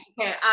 okay